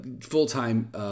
full-time